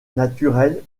naturels